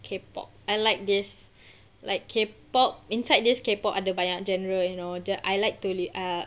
K pop I like this like K pop inside this K pop ada banyak genre you know jap I like to li~ err